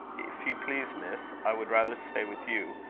if you please, miss, i would rather stay with you.